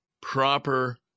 proper